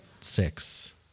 six